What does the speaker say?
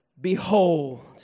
Behold